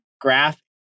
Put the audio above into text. graph